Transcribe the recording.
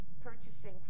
purchasing